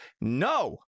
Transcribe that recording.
No